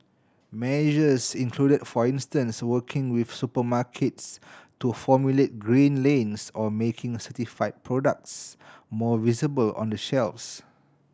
measures include for instance working with supermarkets to formulate green lanes or making certified products more visible on the shelves